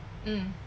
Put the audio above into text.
mm